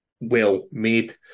well-made